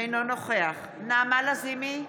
אינו נוכח נעמה לזימי,